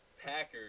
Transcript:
Packers